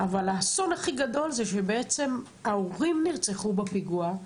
אבל האסון הכי גדול זה שבעצם ההורים נרצחו בפיגוע,